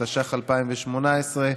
התשע"ח 2018,